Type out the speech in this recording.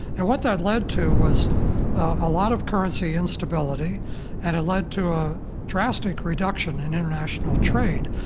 and what that led to was a lot of currency instability and it led to a drastic reduction in international trade,